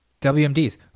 WMDs